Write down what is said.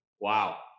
Wow